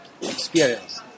experience